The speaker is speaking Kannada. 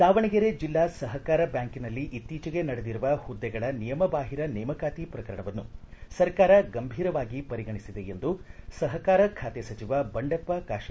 ದಾವಣಗೆರೆ ಜಿಲ್ಲಾ ಸಹಕಾರ ಬ್ಹಾಂಕಿನಲ್ಲಿ ಇತ್ತೀಚೆಗೆ ನಡೆದಿರುವ ಹುದ್ದೆಗಳ ನಿಯಮ ಬಾಹಿರ ನೇಮಕಾತಿ ಪ್ರಕರಣವನ್ನು ಸರ್ಕಾರ ಗಂಭೀರವಾಗಿ ಪರಿಗಣಿಸಿದೆ ಎಂದು ಸಹಕಾರ ಖಾತೆ ಸಚಿವ ಬಂಡೆಪ್ಪ ಕಾಶಂಪೂರ್ ತಿಳಿಸಿದ್ದಾರೆ